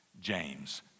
James